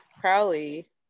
Crowley